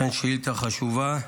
אכן, שאילתה חשובה.